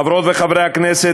חברות וחברי הכנסת,